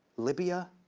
libya,